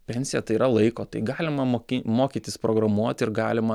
pensija tai yra laiko tai galima moki mokytis programuoti ir galima